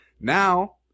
Now